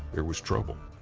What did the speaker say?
there was trouble.